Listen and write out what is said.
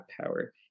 power